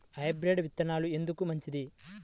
Hybrid విత్తనాలు ఎందుకు మంచిది?